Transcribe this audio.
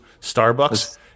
Starbucks